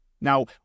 Now